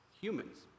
humans